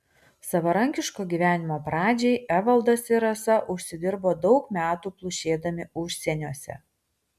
savarankiško gyvenimo pradžiai evaldas ir rasa užsidirbo daug metų plušėdami užsieniuose